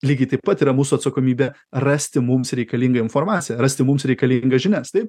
lygiai taip pat yra mūsų atsakomybė rasti mums reikalingą informaciją rasti mums reikalingas žinias taip